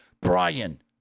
Brian